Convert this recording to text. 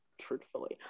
truthfully